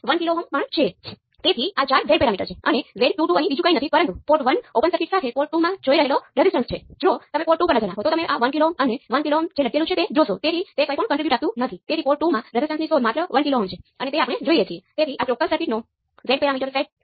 વળી જો તમે એક્સપ્રેશન y1 એ I1 V1 છે અને g11 એ પણ I1 V1 છે પરંતુ ફરીથી તેઓ જુદી જુદી પરિસ્થિતિઓમાં માપવામાં આવે છે y11 એ પોર્ટ 2 શોર્ટ સર્કિટ સાથે છે અને g11 એ પોર્ટ 2 ઓપન સર્કિટ સાથે છે